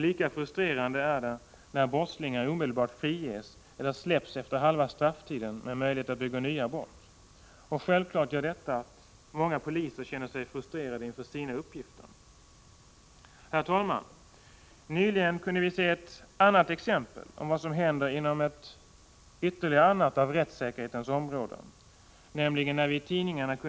Lika frustrerande är det när brottslingar omedelbart friges eller släpps efter halva strafftiden med möjlighet att begå nya brott. Självklart gör detta att många poliser känner sig frustrerade inför sina uppgifter. Herr talman! Nyligen kunde vi i tidningarna se ett exempel på vad som hänt inom ett annat av rättssäkerhetens områden.